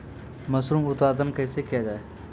Mushroom उत्पादन कैसे किया जाय?